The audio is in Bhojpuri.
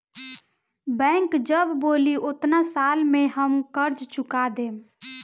बैंक जब बोली ओतना साल में हम कर्जा चूका देम